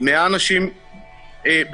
ו-100 אנשים בפנים.